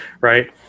right